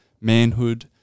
manhood